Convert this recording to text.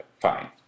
Fine